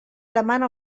demana